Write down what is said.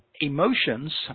emotions